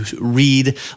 read